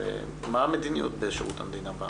מה המדיניות בשירות המדינה?